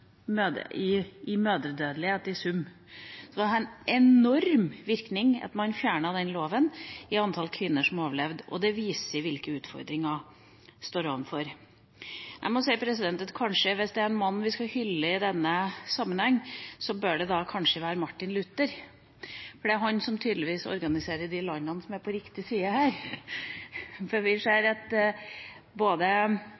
at man fjernet den loven. Det viser hvilke utfordringer en står overfor. Jeg må si at hvis det er én mann vi skal hylle i denne sammenheng, bør det kanskje være Martin Luther, for det er han som tydeligvis organiserer de landene som her er på riktig side.